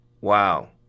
Wow